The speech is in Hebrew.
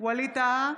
ווליד טאהא,